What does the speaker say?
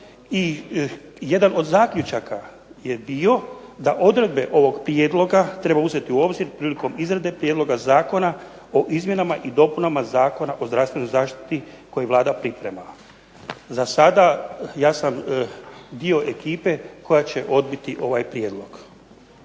i jedan od zaključaka je dio da odredbe ovog prijedloga treba uzeti u obzir prilikom izrade prijedloga Zakona o izmjenama i dopunama Zakona o zdravstvenoj zaštiti koji Vlada priprema. Za sada ja sam dio ekipe koja će odbiti ovaj prijedlog.